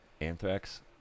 Anthrax